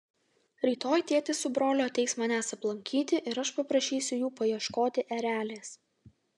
rytoj tėtis su broliu ateis manęs aplankyti ir aš paprašysiu jų paieškoti erelės